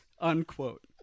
unquote